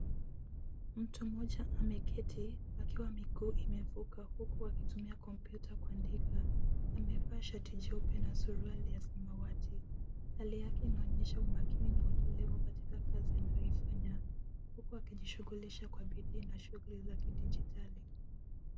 Mtu mmoja ameketi akiwa miguu imevuka huku akitumia kompyuta kuandika . Amevaa shati jeupe na suruali ya samawati. Hali yake inaonyesha umakini na utulivu katika kazi anayoifanya, huku akijishughulisha kwa bidii na shughuli za kidijitali.